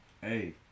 hey